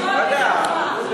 הכול בגללך.